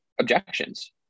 objections